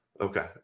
Okay